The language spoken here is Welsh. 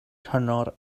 cyngor